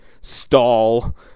stall